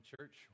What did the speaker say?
church